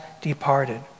departed